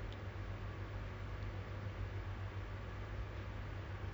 is those it's not even petty crime it's just weird crime macam